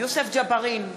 יוסף ג'בארין,